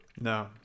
No